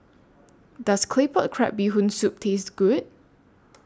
Does Claypot Crab Bee Hoon Soup Taste Good